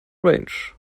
range